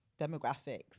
demographics